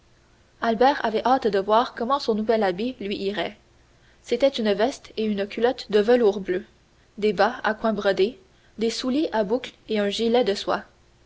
albert avait hâte de voir comment son nouvel habit lui irait c'était une veste et une culotte de velours bleu des bas à coins brodés des souliers à boucles et un gilet de soie